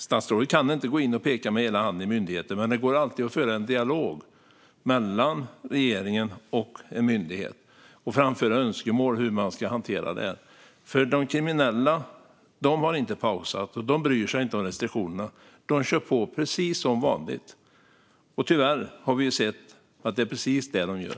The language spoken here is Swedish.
Statsrådet kan inte gå in och peka med hela handen i myndigheten, men det går alltid att föra en dialog mellan regeringen och en myndighet och framföra önskemål om hur detta ska hanteras. De kriminella har nämligen inte pausat. De bryr sig inte om restriktionerna, utan de kör på precis som vanligt. Tyvärr har vi sett att det är precis vad de gör.